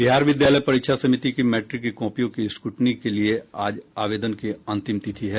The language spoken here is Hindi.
बिहार विद्यालय परीक्षा समिति की मैट्रिक की कॉपियों की स्क्रुटनी के लिए आज आवेदन की अंतिम तिथि है